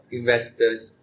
investors